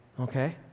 Okay